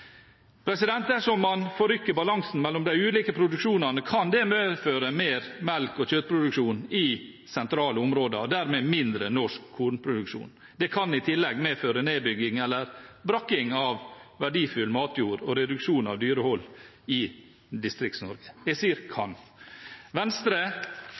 Dersom man forrykker balansen mellom de ulike produksjonene, kan det medføre mer melk- og kjøttproduksjon i sentrale områder og dermed mindre norsk kornproduksjon. Det kan i tillegg medføre nedbygging eller brakking av verdifull matjord og reduksjon av dyrehold i Distrikts-Norge – jeg sier kan. Venstre